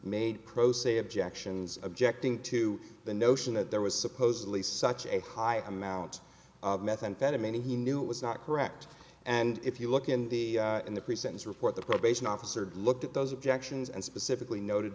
made pro se objections objecting to the notion that there was supposedly such a high amount of methamphetamine and he knew it was not correct and if you look in the in the present report the probation officer looked at those objections and specifically noted